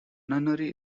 nunnery